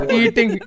eating